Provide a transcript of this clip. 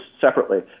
separately